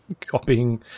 copying